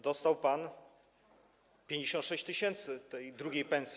Dostał pan 56 tys. tej drugiej pensji.